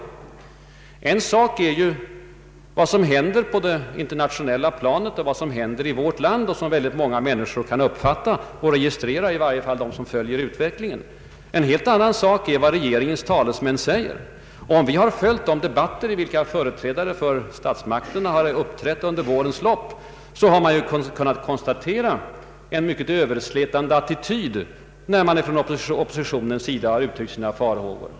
Herr talman, en sak är dessutom vad som händer på det internationella planet och vad som faktiskt sker i vårt land och som många människor kan uppfatta och registrera, i varje fall de som följer utvecklingen. En helt annan sak är vad regeringens talesmän säger för att försvara sin politik. Jag har följt de debatter i vilka företrädare för statsmakterna uppträtt under årens lopp och har då gång på gång kunnat konstatera en överslätande attityd från regeringen när man från oppositionens sida uttryckt sina farhågor.